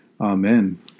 Amen